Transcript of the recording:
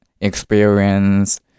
experience